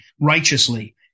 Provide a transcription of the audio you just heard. righteously